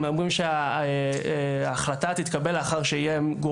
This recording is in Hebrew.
אני באמת לא מצליח להבין את הגישה להתערב בשיקולי המדיניות.